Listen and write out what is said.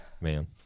man